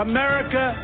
America